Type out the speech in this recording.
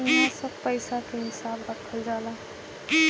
इहवा सब पईसा के हिसाब रखल जाला